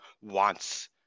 wants